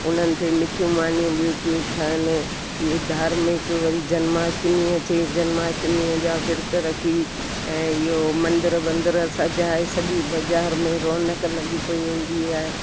उन्हनि ते मिठियूं मानियूं ॿियूं टियूं ठहिनि इहे धार्मिक वरी जनमाष्टमी अचे जनमाष्टमीअ जा विर्तु रखी ऐं इहो मंदिर ॿंदिर सजाए सॼी बाज़ारि में रौनक़ु लॻी पई हूंदी आहे